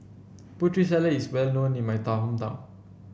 Putri Salad is well known in my hometown